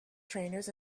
trainers